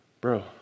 Bro